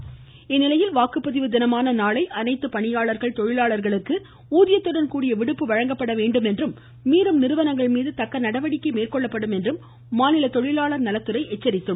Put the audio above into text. தேர்தல் சிறப்புப் பேருந்து இந்நிலையில் வாக்குப்பதிவு தினமான நாளை அனைத்துப் பணியாளர்கள் தொழிலாளர்களுக்கு ஊதியத்துடன்கூடிய விடுப்பு வழங்கப்பட வேண்டுமென்றும் மீறும் நிறுவனங்கள்மீது தக்க நடவடிக்கை மேற்கொள்ளப்படும் என்றும் மாநில தொழிலாளர் நலத்துறை எச்சரித்துள்ளது